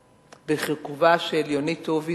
בכיכובה של יונית טובי,